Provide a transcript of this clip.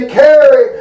carry